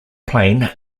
plane